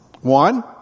One